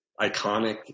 iconic